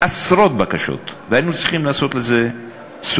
עשרות בקשות, והיינו צריכים לעשות לזה סוף.